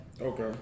Okay